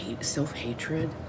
self-hatred